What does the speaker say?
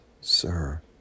Sir